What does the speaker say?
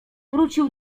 wrócił